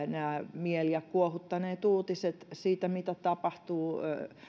mieliä kuohuttaneet uutiset siitä mitä tapahtuu